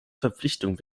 verpflichtung